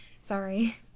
Sorry